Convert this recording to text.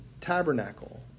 tabernacle